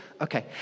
Okay